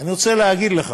אני רוצה להגיד לך